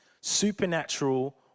supernatural